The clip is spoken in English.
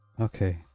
okay